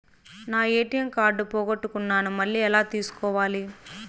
నా ATM card పోగొట్టుకున్నాను, మళ్ళీ ఎలా తీసుకోవాలి?